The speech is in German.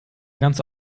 ganze